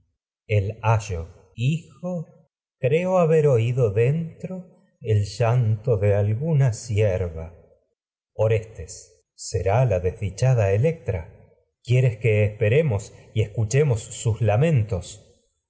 el ayo hijo haber oído dentro el llanto de alguna sierva orestes será y la desdichada electra quieres que esperemos ayo escuchemos sus lamentos